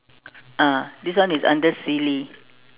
ah this one is under silly